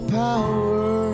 power